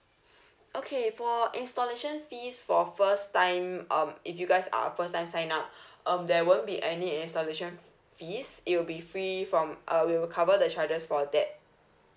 okay for installation fees for first time um if you guys are first time sign up um there won't be any installation fees it will be free from uh we will cover the charges for that